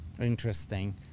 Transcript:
interesting